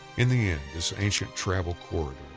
in the end this ancient travel corridor,